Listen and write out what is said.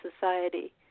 society